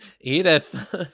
Edith